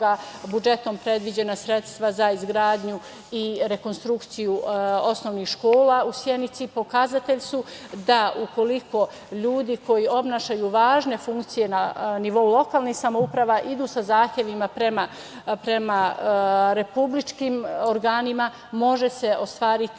budžetom predviđena sredstva za izgradnju i rekonstrukciju osnovnih škola u Sjenici, pokazatelj su da ukoliko ljudi koji nose važne funkcije na nivou lokalnih samouprava idu sa zahtevima prema republičkim organima, može se ostvariti